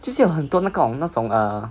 就是就有很多那种那种 err